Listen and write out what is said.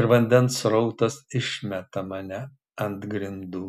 ir vandens srautas išmeta mane ant grindų